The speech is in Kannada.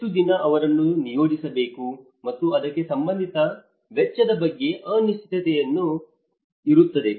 ಎಷ್ಟು ದಿನ ಅವರನ್ನು ನಿಯೋಜಿಸಬೇಕು ಮತ್ತು ಅದಕ್ಕೆ ಸಂಬಂಧಿಸಿದ ವೆಚ್ಚದ ಬಗ್ಗೆ ಅನಿಶ್ಚಿತತೆ ಇರುತ್ತದೆ